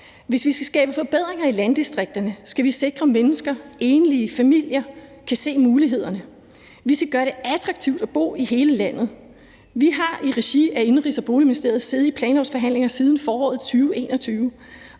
hvis vi skal skabe forbedringer i landdistrikterne, skal vi sikre, at mennesker, enlige familier, kan se mulighederne. Vi skal gøre det attraktivt at bo i hele landet. Vi har i regi af Indenrigs- og Boligministeriet siddet i planlovsforhandlinger siden foråret 2021,